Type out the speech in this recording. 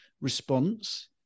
response